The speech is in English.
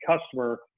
customer